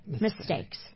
mistakes